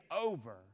over